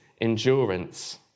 endurance